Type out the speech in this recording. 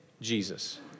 Jesus